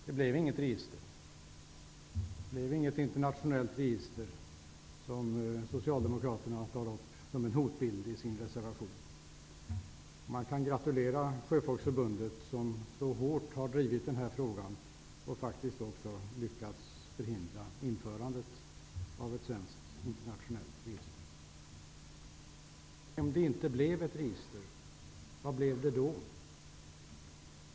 Herr talman! Det blev inget internationellt register, vilket Socialdemokraterna tar upp som en hotbild i sin reservation. Man kan gratulera Sjöfolksförbundet som så hårt har drivit frågan och som också lyckats förhindra införandet av ett svenskt internationellt register. Men om det inte blev ett register, vad blev det då?